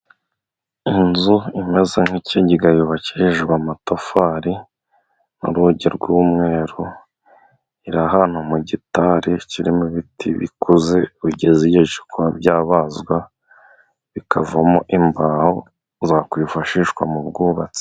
Inzu imeze nk'ikigega yubakiye hejuru amatafari, n'urugi rw'umweru, iri ahantu mu gitari kirimo ibiti bikuze bigeze igihe cyo kuba byabazwa ,bikavamo imbaho zakwifashishwa mu bwubatsi.